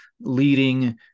leading